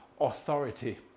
authority